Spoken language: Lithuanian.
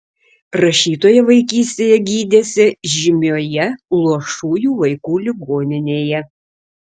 rašytoja vaikystėje gydėsi žymioje luošųjų vaikų ligoninėje